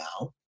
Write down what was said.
now